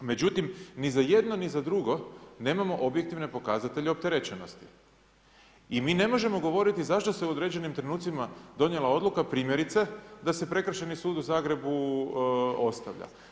Međutim ni za jedno ni za drugo nemamo objektivne pokazatelje opterećenosti i mi ne možemo govoriti zašto se u određenim trenucima donijela odluka primjerice da se Prekršajni sud u Zagrebu ostavlja.